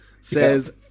says